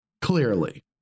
clearly